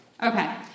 Okay